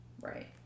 Right